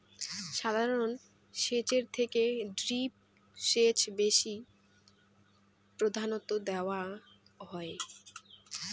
সাধারণ সেচের থেকে ড্রিপ সেচক বেশি প্রাধান্য দেওয়াং হই